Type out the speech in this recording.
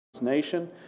Nation